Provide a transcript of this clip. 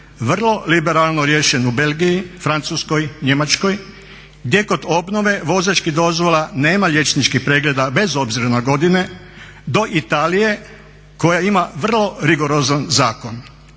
vrlo liberalno riješen u Belgiji, Francuskoj, Njemačkoj gdje kod obnove vozačkih dozvola nema liječničkih pregleda bez obzira na godine, do Italije koja ima vrlo rigorozan zakon.